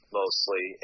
mostly